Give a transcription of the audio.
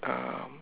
um